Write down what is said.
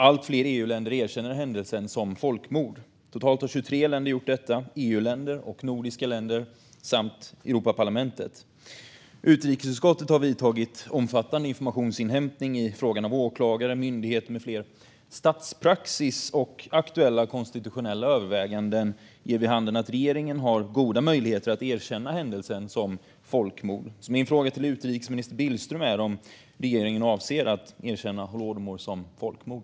Allt fler EU-länder erkänner händelsen som folkmord. Totalt har 23 EU-länder och nordiska länder samt Europaparlamentet gjort det. Utrikesutskottet har vidtagit omfattande informationsinhämtning i frågan från åklagare, myndigheter med flera. Statspraxis och aktuella konstitutionella överväganden ger vid handen att regeringen har goda möjligheter att erkänna händelsen som folkmord. Så min fråga till utrikesminister Billström är om regeringen avser att erkänna holodomor som folkmord.